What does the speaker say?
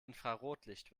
infrarotlicht